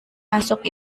masuk